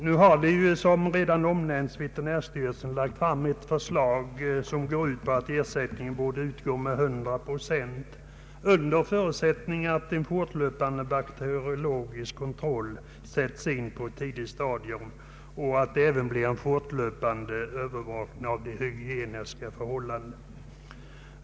Nu har ju, som redan omnämnts, veterinärstyrel sen lagt fram ett förslag om att ersättning bör utgå med 100 procent under förutsättning att en fortlöpande bakteriologisk kontroll sätts in på ett tidigt stadium och att det blir en fortlöpande övervakning av de hygieniska förhållandena.